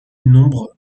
nombre